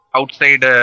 Outside